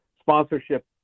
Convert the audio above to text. sponsorship